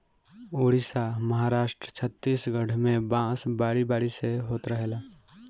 उड़ीसा, महाराष्ट्र, छतीसगढ़ में बांस बारी बारी से होत रहेला